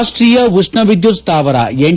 ರಾಷ್ಷೀಯ ಉಷ್ಣ ವಿದ್ಯುತ್ ಸ್ಥಾವರ ಎನ್